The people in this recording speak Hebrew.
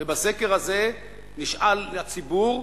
ובסקר הזה נשאל הציבור,